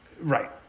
Right